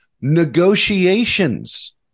negotiations